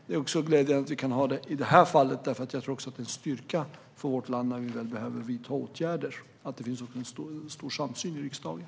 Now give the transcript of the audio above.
Det är glädjande att vi kan ha det också i det här fallet, för jag tror att det är en styrka för vårt land när vi väl behöver vidta åtgärder att det finns stor samsyn i riksdagen.